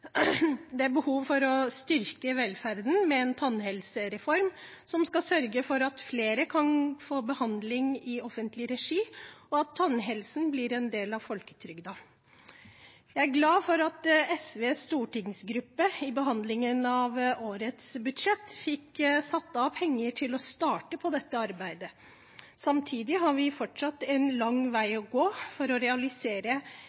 Det er behov for å styrke velferden med en tannhelsereform som skal sørge for at flere kan få behandling i offentlig regi, og at tannhelsen blir en del av folketrygden. Jeg er glad for at SVs stortingsgruppe i behandlingen av årets budsjett fikk satt av penger til å starte på dette arbeidet. Samtidig har vi fortsatt en lang